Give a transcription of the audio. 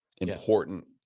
important